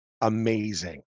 amazing